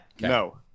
No